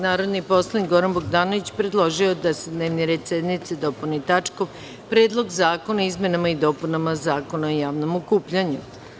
Narodni poslanik Goran Bogdanović predložio je da se dnevni red sednice dopuni tačkom – Predlog zakona o izmenama i dopunama Zakona o javnom okupljanju.